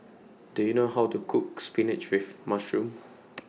Do YOU know How to Cook Spinach with Mushroom